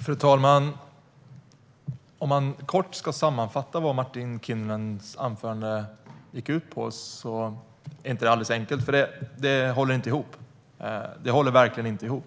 Fru talman! Att kort sammanfatta vad Martin Kinnunens anförande gick ut på är inte alldeles enkelt, för det höll verkligen inte ihop.